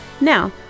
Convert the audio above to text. Now